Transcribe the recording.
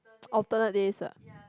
alternate days ah